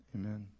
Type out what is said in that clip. Amen